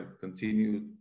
continue